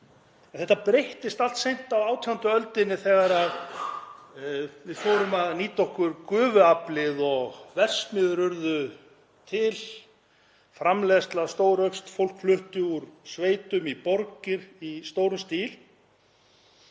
Þetta breyttist allt seint á 18. öldinni þegar við fórum að nýta okkur gufuaflið og verksmiðjur urðu til, framleiðslan stórjókst og fólk flutti úr sveitum í borgir í stórum stíl.